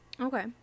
Okay